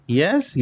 yes